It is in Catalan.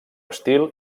estil